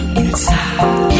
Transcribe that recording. inside